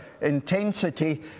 intensity